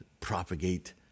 propagate